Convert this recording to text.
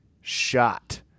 shot